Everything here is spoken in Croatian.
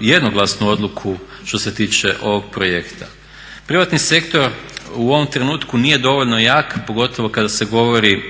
jednoglasnu odluku što se tiče ovog projekta. Privatni sektor u ovom trenutku nije dovoljno jak, pogotovo kada se radi